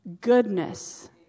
goodness